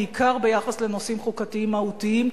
בעיקר ביחס לנושאים חוקתיים מהותיים,